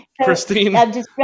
christine